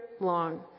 long